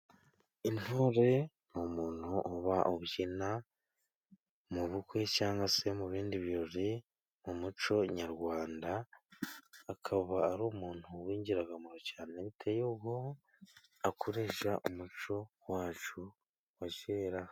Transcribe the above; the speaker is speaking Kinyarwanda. Intore ni umuntu uba ubyina mu bukwe cyangwa se mu bindi birori mu muco Nyarwanda, akaba ari umuntu w'ingirakamaro cyane bitewe nuko akoresha umuco wacu wa kera.